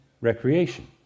recreation